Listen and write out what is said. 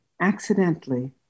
accidentally